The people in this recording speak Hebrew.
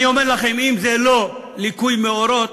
אני אומר לכם: אם זה לא ליקוי מאורות,